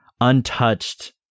untouched